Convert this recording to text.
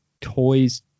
toys